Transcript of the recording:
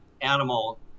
animal